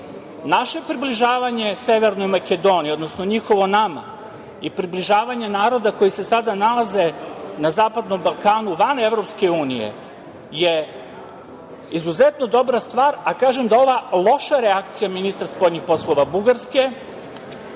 Naše približavanje Severnoj Makedoniji, odnosno njihovo nama je približavanje naroda, koji se sada nalaze na zapadnom Balkanu van EU je izuzetno dobra stvar, a kažem da ova loša reakcija ministra spoljnih poslova Bugarske